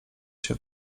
się